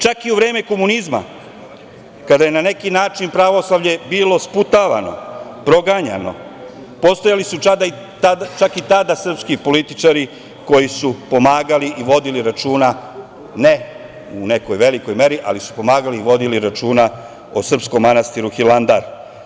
Čak i u vreme komunizma kada je na neki način pravoslavlje bilo sputavano, proganjano, postojali su čak i tada srpski političari koji su pomagali i vodili računa ne u nekoj velikoj meri, ali su pomagali i vodili računa o srpskom manastiru Hilandar.